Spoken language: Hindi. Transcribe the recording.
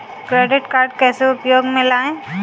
क्रेडिट कार्ड कैसे उपयोग में लाएँ?